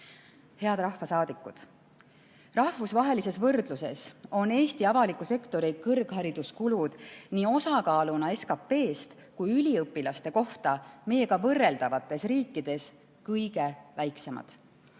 Head rahvasaadikud! Rahvusvahelises võrdluses on Eesti avaliku sektori kõrghariduskulud nii osakaaluna SKP-s kui üliõpilaste kohta meiega võrreldavates riikides kõige väiksemad.